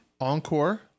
Encore